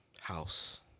House